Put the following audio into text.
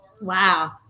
Wow